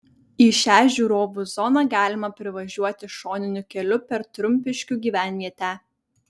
į šią žiūrovų zoną galima privažiuoti šoniniu keliu per trumpiškių gyvenvietę